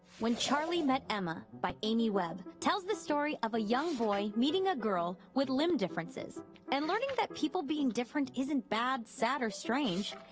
when charlie met emma by amy web tells the story of a young boy meeting a girl with limb differences and learning that people being different isn't bad, sad or strange.